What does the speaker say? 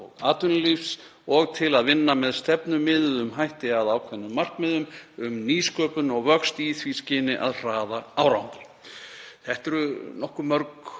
og til að vinna með stefnumiðuðum hætti að ákveðnum markmiðum um nýsköpun og vöxt í því skyni að hraða árangri.“ Þarna eru nokkuð mörg